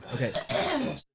Okay